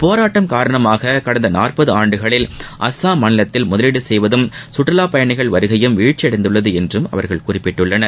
போராட்டம் காரணமாக கடந்த நாற்பது ஆண்டுகளில் அஸ்ஸாம் மாநிலத்தில் முதலீடு செய்வதும் சுற்றுலாப் பயணிகள் வருகையும் வீழ்ச்சி அடைந்துள்ளது என்றும் அவர்கள் குறிப்பிட்டுள்ளார்கள்